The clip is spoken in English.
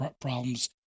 problems